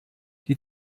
die